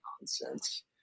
nonsense